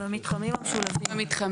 כן.